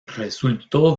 resultó